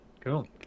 Cool